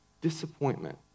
disappointment